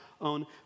on